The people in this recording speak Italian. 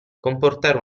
comportare